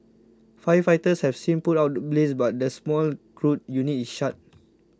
firefighters have since put out the blaze but the small crude unit is shut